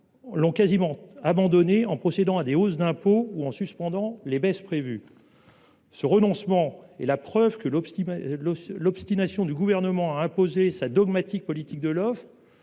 l’ont pour ainsi dire abandonnée en procédant à des hausses d’impôts ou en suspendant les baisses prévues. Le présent renoncement est la preuve que l’obstination du Gouvernement à imposer sa dogmatique politique de l’offre